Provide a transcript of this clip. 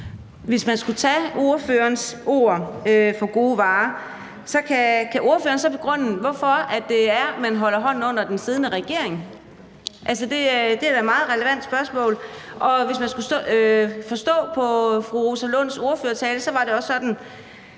Hvis man skal tage ordførerens ord for gode varer, kan ordføreren så begrunde, hvorfor det er, at man holder hånden under den siddende regering? Altså, det er da et meget relevant spørgsmål. Og som det fremgik af fru Rosa Lunds ordførertale – det var også sådan,